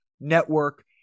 network